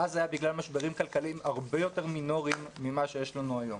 אז זה היה בגלל משברים כלכליים הרבה יותר מינוריים ממה שיש לנו היום.